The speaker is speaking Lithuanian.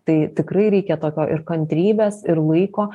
tai tikrai reikia tokio ir kantrybės ir laiko